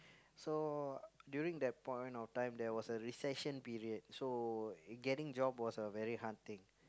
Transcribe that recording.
so during that point of time there was a recession period so getting job was a very hard thing